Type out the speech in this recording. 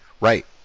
Right